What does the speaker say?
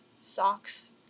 socks